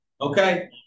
Okay